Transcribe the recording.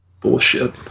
Bullshit